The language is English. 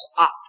up